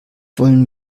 wollen